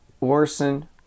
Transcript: Orson